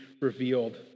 revealed